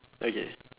okay